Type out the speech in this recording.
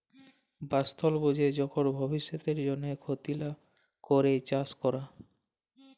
বাসস্থাল বুঝে যখল ভব্যিষতের জন্হে ক্ষতি লা ক্যরে চাস ক্যরা